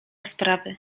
sprawy